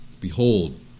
behold